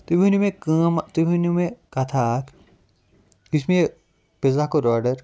تُہۍ ؤنِو مےٚ کٲم تُہۍ ؤنِو مےٚ کَتھا اکھ یُس مےٚ یہِ پِزا کوٚر آرڈر